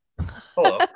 Hello